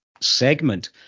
segment